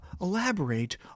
elaborate